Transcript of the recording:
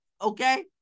Okay